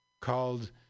called